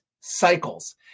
cycles